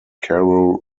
carole